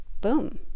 boom